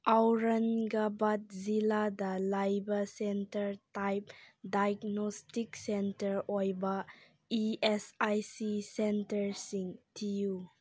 ꯑꯧꯔꯪꯒꯕꯥꯠ ꯖꯤꯂꯥ ꯂꯩꯕ centre type diagnostic centre ꯑꯣꯏꯕ ꯏ ꯑꯦꯁ ꯑꯥꯏ ꯁꯤ ꯁꯦꯟꯇꯔꯁꯤꯡ ꯊꯤꯌꯨ